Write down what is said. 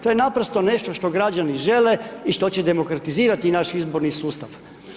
To je naprosto nešto što građani žele i što će demokratizirati naš izborni sustav.